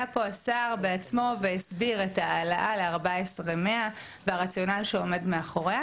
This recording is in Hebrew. היה פה השר בעצמו והסביר את ההעלאה ל-14,100 והרציונל שעומד מאחוריה.